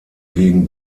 gegen